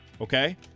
okay